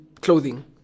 clothing